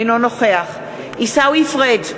אינו נוכח עיסאווי פריג'